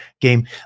game